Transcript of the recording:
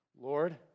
Lord